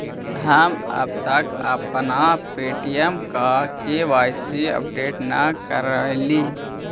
हम अब तक अपना पे.टी.एम का के.वाई.सी अपडेट न करवइली